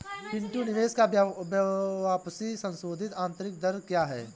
पिंटू निवेश का वापसी संशोधित आंतरिक दर क्या है?